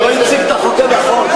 הוא לא הציג את החוק הנכון.